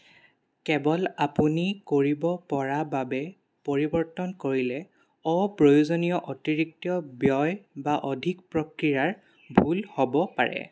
কেৱল আপুনি কৰিব পৰা বাবে পৰিৱৰ্তন কৰিলে অপ্ৰয়োজনীয় অতিৰিক্ত ব্যয় বা অধিক প্ৰক্ৰিয়াৰ ভুল হ'ব পাৰে